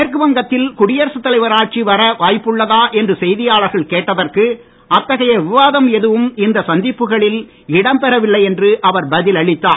மேற்கு வங்கத்தில் குடியரசுத் தலைவர் ஆட்சி வர வாய்ப்புள்ளதா என்று செய்தியாளர்கள் கேட்டதற்கு அத்தகைய விவாதம் எதுவும் இந்த சந்திப்புகளில் இடம்பெறவில்லை என்று அவர் பதில் அளித்தார்